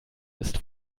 ist